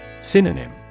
Synonym